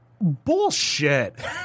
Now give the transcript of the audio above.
Bullshit